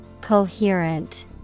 Coherent